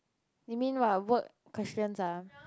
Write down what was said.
you mean what work questions ah